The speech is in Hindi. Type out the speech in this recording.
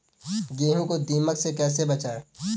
गेहूँ को दीमक से कैसे बचाएँ?